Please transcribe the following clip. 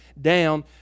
down